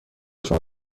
شما